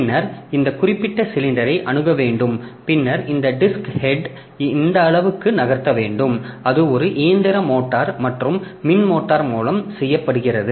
பின்னர் இந்த குறிப்பிட்ட சிலிண்டரை அணுக வேண்டும் பின்னர் இந்த டிஸ்க் ஹெட் இந்த அளவுக்கு நகர்த்த வேண்டும் அது ஒரு இயந்திர மோட்டார் மற்றும் மின் மோட்டார் மூலம் செய்யப்படுகிறது